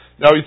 Now